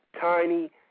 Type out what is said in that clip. tiny